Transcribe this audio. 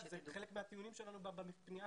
אלה חלק מהטיעונים שלנו בפנייה.